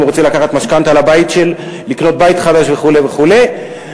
אם הוא רוצה לקחת משכנתה לקנות בית חדש וכו' וכו'.